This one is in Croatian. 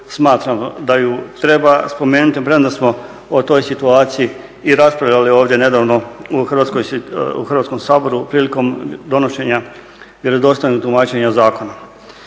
smatram da ju treba spomenuti premda smo o toj situaciji i raspravljali ovdje nedavno u Hrvatskom saboru prilikom donošenja vjerodostojnog tumačenja zakona.